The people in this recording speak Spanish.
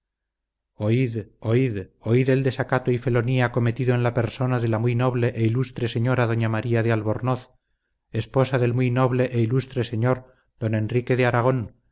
oíd oíd oíd el desacato y felonía cometido en la persona de la muy noble e ilustre señora doña maría de albornoz esposa del muy noble e ilustre señor don enrique de aragón